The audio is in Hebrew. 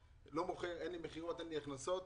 אין לי מכירות ואין לי הכנסות.